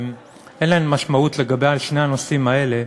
אין להן משמעות לגבי שני הנושאים האלה,